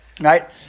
Right